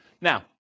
Now